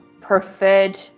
Preferred